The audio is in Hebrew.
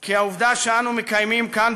כי העובדה שאנו מקיימים כאן,